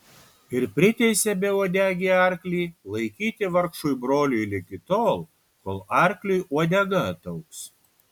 ir priteisė beuodegį arklį laikyti vargšui broliui ligi tol kol arkliui uodega ataugs